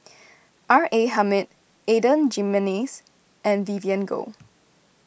R A Hamid Adan Jimenez and Vivien Goh